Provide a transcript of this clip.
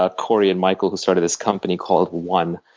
ah cory and michael, who started this company called one,